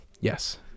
Yes